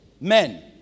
men